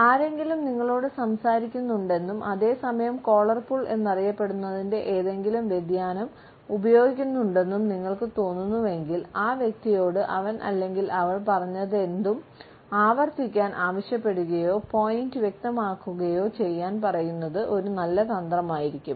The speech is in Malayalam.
ആരെങ്കിലും നിങ്ങളോട് സംസാരിക്കുന്നുണ്ടെന്നും അതേ സമയം കോളർ പുൾ എന്നറിയപ്പെടുന്നതിൻറെ ഏതെങ്കിലും വ്യതിയാനം ഉപയോഗിക്കുന്നുണ്ടെന്നും നിങ്ങൾക്ക് തോന്നുന്നുവെങ്കിൽ ആ വ്യക്തിയോട് അവൻ അല്ലെങ്കിൽ അവൾ പറഞ്ഞതെന്തും ആവർത്തിക്കാൻ ആവശ്യപ്പെടുകയോ പോയിന്റ് വ്യക്തമാക്കുകയോ ചെയ്യാൻ പറയുന്നത് ഒരു നല്ല തന്ത്രമായിരിക്കും